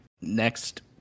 Next